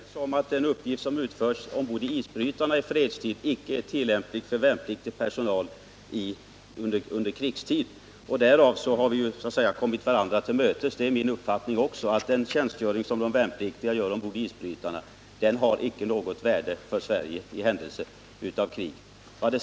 Herr talman! Då är vi överens om att den uppgift som utförs ombord på isbrytarna i fredstid inte är tillämplig för militär personal under krigstid. Därigenom har vi kommit varandra till mötes. Det är också min uppfattning att de värnpliktigas tjänstgöring ombord på isbrytare inte har något värde för Sverige i händelse av krig.